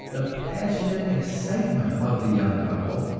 the passionate excitement of the young couple,